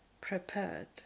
prepared